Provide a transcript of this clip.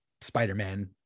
Spider-Man